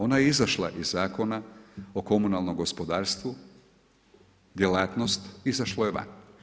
Ona je izašla iz Zakona o komunalnom gospodarstvu, djelatnost izašlo je van.